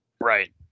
Right